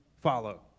follow